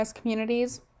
communities